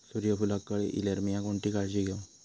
सूर्यफूलाक कळे इल्यार मीया कोणती काळजी घेव?